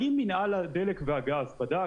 האם מנהל הדלק והגז בדק